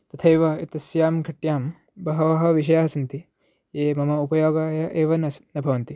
तथैव एतस्यां घट्यां बहवः विषयाः सन्ति ये मम उपयोगाय एव न न भवन्ति